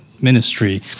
ministry